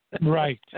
Right